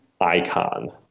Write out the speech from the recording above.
Icon